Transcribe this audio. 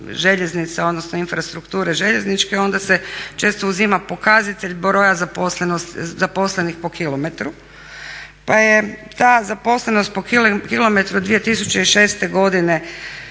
željeznica odnosno infrastrukture željezničke onda se često uzima pokazatelj broja zaposlenih po km pa je ta zaposlenost po km 2006. godine,